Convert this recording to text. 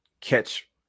catch